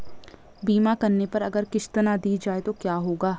बीमा करने पर अगर किश्त ना दी जाये तो क्या होगा?